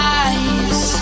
eyes